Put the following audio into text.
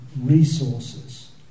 resources